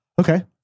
okay